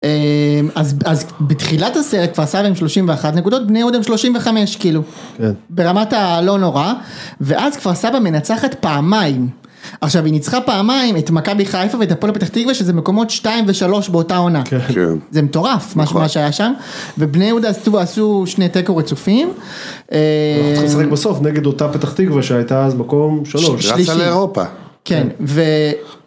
אז אז בתחילת הסרט כפר סבא עם שלושים ואחת נקודות בני יהודים שלושים וחמש כאילו, ברמת הלא נורא ואז כפר סבא מנצחת פעמיים. עכשיו היא ניצחה פעמיים את מכבי חיפה ואת הפועל פתח תקווה שזה מקומות שתיים ושלוש באותה עונה זה מטורף מה מה שהיה שם ובני יהודה עשו שני תיקו רצופים. ואנחנו צריכים לשחק בסוף נגד אותה פתח תקווה שהייתה אז מקום שלוש. לאירופה.